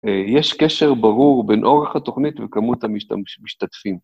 אה, יש קשר ברור, בין אורך התוכנית, וכמות המשתמ-משתתפים.